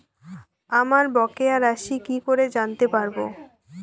আমার বকেয়া রাশি কি করে জানতে পারবো?